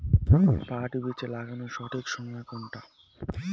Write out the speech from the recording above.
পাট বীজ লাগানোর সঠিক সময় কোনটা?